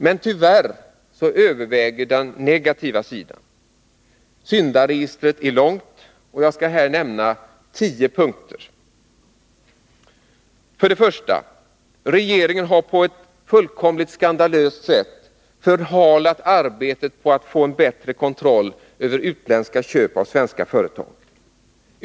Men tyvärr överväger den negativa sidan. Syndaregistret är långt — jag skall här nämna tio punkter. 1. Regeringen har på ett fullkomligt skandalöst sätt förhalat arbetet på att få till stånd en bättre kontroll över utländska köp av svenska företag.